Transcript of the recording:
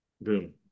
boom